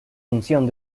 función